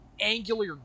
angular